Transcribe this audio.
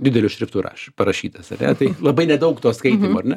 dideliu šriftu raš parašytas ane tai labai nedaug to skaitymo ar ne